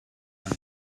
tank